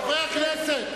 חברי הכנסת.